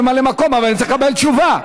אבל אני צריך לקבל תשובה.